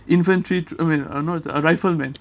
infantry tr~ eh no uh rifle man